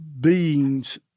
beings